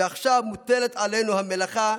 ועכשיו מוטלת עלינו המלאכה,